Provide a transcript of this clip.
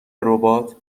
ربات